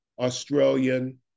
Australian